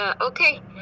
Okay